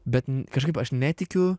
bet kažkaip aš netikiu